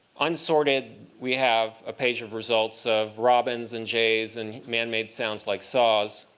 unsorted, we have a page of results of robins and jays and man-made sounds like saws.